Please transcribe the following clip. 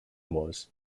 was